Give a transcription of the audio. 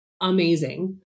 amazing